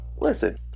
listen